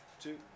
two